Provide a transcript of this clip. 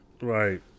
Right